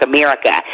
America